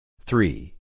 Three